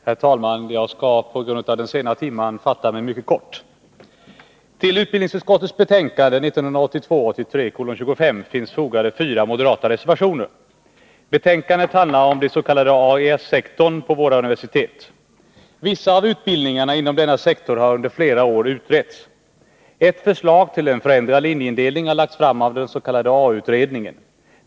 Herr talman! Jag skall på grund av den sena timmen fatta mig mycket kort. Till utbildningsutskottets betänkande 1982/83:25 finns fogade fyra moderata reservationer. Betänkandet handlar om den s.k. AES-sektorn på våra universitet. Vissa av utbildningarna inom denna sektor har under flera år utretts. Ett förslag till en förändrad linjeindelning har lagts fram av den s.k. AU-utredningen.